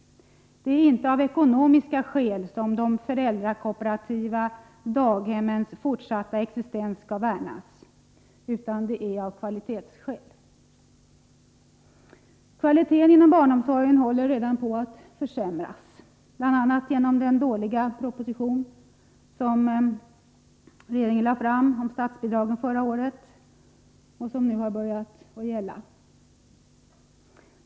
Det är inte av ekonomiska skäl som de föräldrakooperativa daghemmens fortsatta existens skall värnas, utan det är av kvalitetsskäl. Kvaliteten inom barnomsorgen håller redan på att försämras, bl.a. genom den dåliga propositionen om statsbidragen som regeringen lade fram förra — Nr 68 året, och som nu har börjat att gälla.